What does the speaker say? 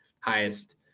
highest